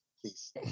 Please